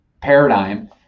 paradigm